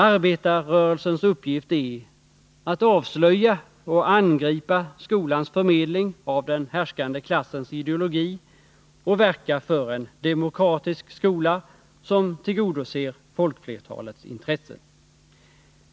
Arbetarrörelsens uppgift är att avslöja och angripa skolans förmedling av den härskande klassens ideologi och verka för en demokratisk skola, som tillgodoser folkflertalets intressen.